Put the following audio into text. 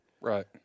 Right